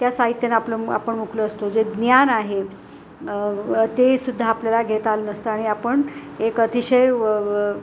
त्या साहित्याने आपलं आपण मुकलो असतो जे ज्ञान आहे ते सुद्धा आपल्याला घेता आलं नसतं आणि आपण एक अतिशय